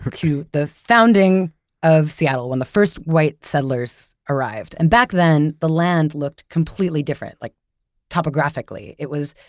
to the founding of seattle, when the first white settlers arrived. and back then, the land looked completely different, like topographically. it was,